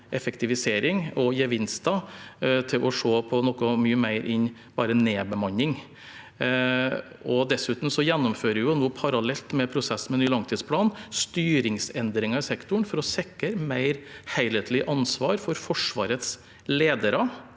effektivisering og gevinster, til å se på noe mye mer enn bare nedbemanning. Dessuten gjennomfører vi nå, parallelt med prosessene i ny langtidsplan, styringsendringer i sektoren for å sikre mer helhetlig ansvar for Forsvarets ledere,